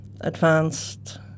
advanced